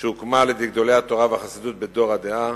שהוקמה על-ידי גדולי התורה והחסידות בדור הדעה,